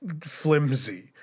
flimsy